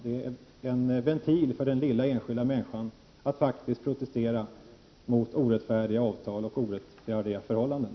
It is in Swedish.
Det är en ventil för den lilla enskilda människan att faktiskt protestera mot orättfärdiga avtal och orättfärdiga förhållanden.